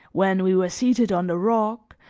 when we were seated on the rock,